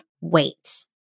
wait